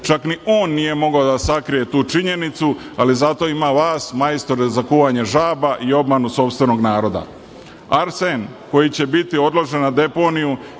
Čak ni on nije mogao da sakrije tu činjenicu, ali zato ima vas, majstore za kuvanje žaba i obmanu sopstvenog naroda. Arsen koji će biti odložen na deponiju